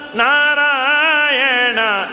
narayana